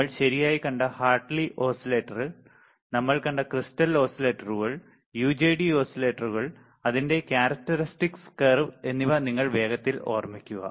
നമ്മൾ ശരിയായി കണ്ട ഹാർട്ട്ലി ഓസിലേറ്റർ നമ്മൾ കണ്ട ക്രിസ്റ്റൽ ഓസിലേറ്ററുകൾ യുജെടി ഓസിലേറ്ററുകൾ അതിന്റെ characteristic curve എന്നിവ നിങ്ങൾ വേഗത്തിൽ ഓർമ്മിക്കുക